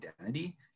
identity